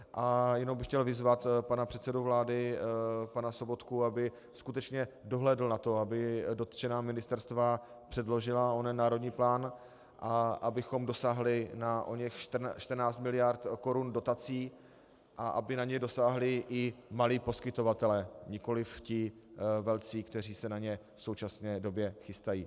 A jenom bych chtěl vyzvat pana předsedu vlády, pana Sobotku, aby skutečně dohlédl na to, aby dotčená ministerstva předložila onen národní plán a abychom dosáhli na oněch 14 miliard korun dotací a aby na ně dosáhli i malí poskytovatelé, nikoliv ti velcí, kteří se na ně v současné době chystají.